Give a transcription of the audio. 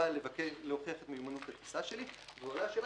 בא להוכיח את מיומנות הטיסה שלי ועולה השאלה